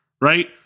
right